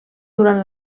durant